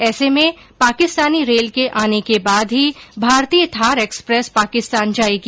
ऐसे में पाकिस्तानी रेल के आने के बाद ही भारतीय थार एक्सप्रेस पाकिस्तान जायेगी